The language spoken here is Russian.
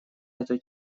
эту